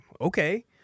Okay